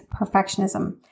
perfectionism